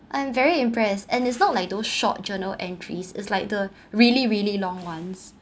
I am very impressed and it's not like those short journal entries is like the really really long ones